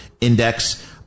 index